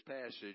passage